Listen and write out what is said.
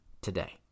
today